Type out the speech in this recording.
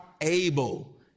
able